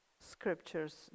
scriptures